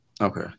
Okay